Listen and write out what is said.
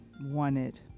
wanted